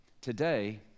Today